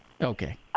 Okay